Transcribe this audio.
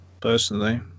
personally